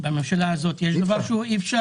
בממשלה הזאת יש דבר כזה?